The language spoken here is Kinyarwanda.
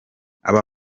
aba